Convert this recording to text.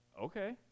okay